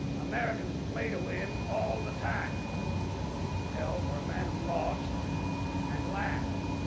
americans play to win all the time. i wouldn't give a hoot in hell for a man who lost and laughed.